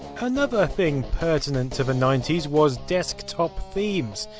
another thing pertinent to the ninety s, was desktop themes,